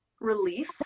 relief